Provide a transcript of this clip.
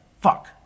fuck